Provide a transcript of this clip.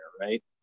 right